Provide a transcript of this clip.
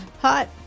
Hot